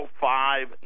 five